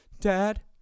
Dad